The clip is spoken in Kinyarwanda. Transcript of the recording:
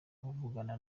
avugana